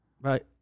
right